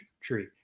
tree